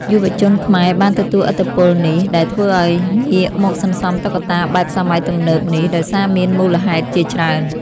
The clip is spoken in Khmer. យុវជនខ្មែរបានទទួលឥទ្ធិពលនេះ ដែលធ្វើឱ្យងាកមកសន្សំតុក្កតាបែបសម័យទំនើបនេះ ដោយសារមានមូលហេតុជាច្រើន។